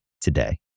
today